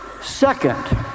Second